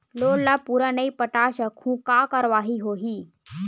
Loan ला पूरा नई पटा सकहुं का कारवाही होही?